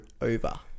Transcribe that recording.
over